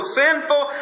sinful